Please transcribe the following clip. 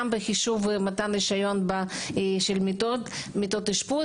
גם בחישוב מתן רישיון של מיטות אשפוז